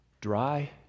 dry